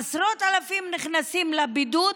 עשרות אלפים נכנסים לבידוד.